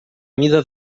mida